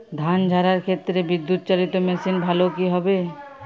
ধান ঝারার ক্ষেত্রে বিদুৎচালীত মেশিন ভালো কি হবে?